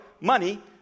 money